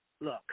Look